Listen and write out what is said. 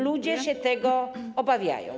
Ludzie się tego obawiają.